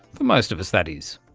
for most of us, that is.